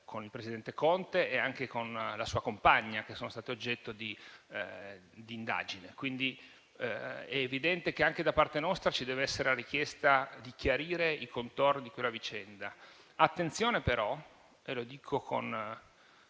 del Consiglio Conte e anche la sua compagna, che sono stati oggetto d'indagine. È pertanto evidente che anche da parte nostra ci debba essere la richiesta di chiarire i contorni di quella vicenda. Attenzione però - e lo dico con